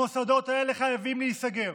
המוסדות האלה חייבים להיסגר,